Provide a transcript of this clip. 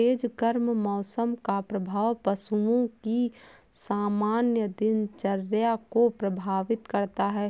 तेज गर्म मौसम का प्रभाव पशुओं की सामान्य दिनचर्या को प्रभावित करता है